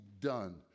done